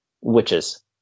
witches